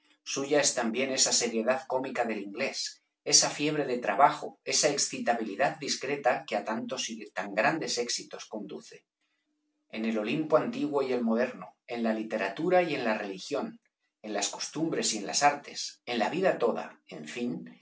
es también esa seriedad cómica del inglés esa fiebre de trabajo esa excitabilidad discreta que á tantos y tan grandes éxitos conduce en el olimpo antiguo y el moderno en la literatura y en la religión en las costumbres y en las artes en la vida toda en fin